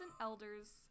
elders